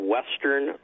Western